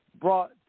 Brought